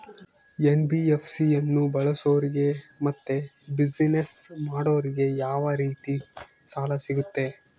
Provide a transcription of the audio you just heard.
NBFC ಅನ್ನು ಬಳಸೋರಿಗೆ ಮತ್ತೆ ಬಿಸಿನೆಸ್ ಮಾಡೋರಿಗೆ ಯಾವ ರೇತಿ ಸಾಲ ಸಿಗುತ್ತೆ?